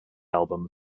album